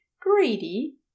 greedy